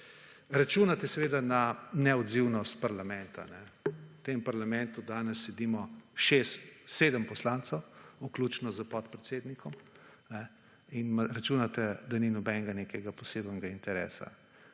Računate seveda na neodzivnost parlamenta. V tem parlamentu danes sedimo 6, 7 poslancev vključno s podpredsednikom in računate, da ni nobenega nekega posebnega interesa.